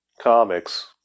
comics